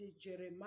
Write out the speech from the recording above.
Jeremiah